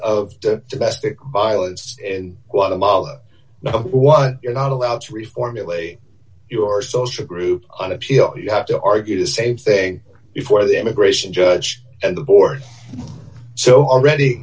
of domestic violence in guatemala now what you're not allowed to reformulate your social group on appeal you have to argue the same thing before the immigration judge and the board so already